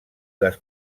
les